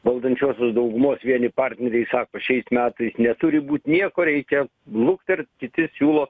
valdančiosios daugumos vieni partneriai sako šiais metais neturi būt nieko reikia luktert kiti siūlo